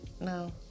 No